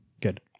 Good